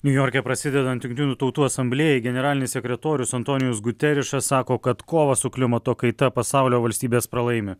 niujorke prasidedant jungtinių tautų asamblėjai generalinis sekretorius antonijus guterišas sako kad kovą su klimato kaita pasaulio valstybės pralaimi